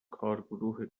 کارگروه